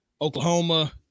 Oklahoma